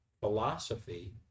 philosophy